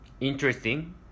interesting